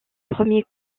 premiers